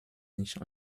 nicht